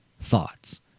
thoughts